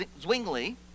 Zwingli